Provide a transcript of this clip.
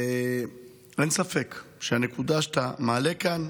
ואין ספק שהנקודה שאתה מעלה כאן